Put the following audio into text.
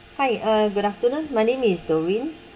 hi uh good afternoon my name is doreen